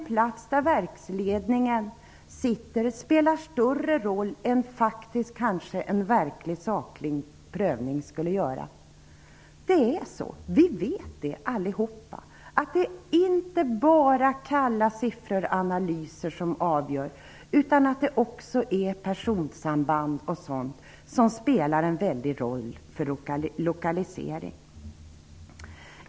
Platsen där verksledningen sitter spelar större roll än en verklig saklig prövning skulle göra. Det är så. Vi vet allihop att det inte bara är kalla siffror och analyser som avgör. Även personsamband och sådant spelar en viktig roll när det gäller lokaliseringen.